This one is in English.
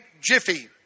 Jiffy